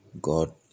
God